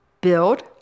build